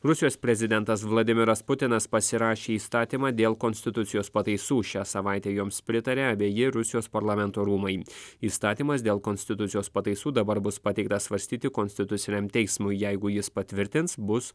rusijos prezidentas vladimiras putinas pasirašė įstatymą dėl konstitucijos pataisų šią savaitę joms pritarė abeji rusijos parlamento rūmai įstatymas dėl konstitucijos pataisų dabar bus pateiktas svarstyti konstituciniam teismui jeigu jis patvirtins bus